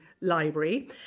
library